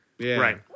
Right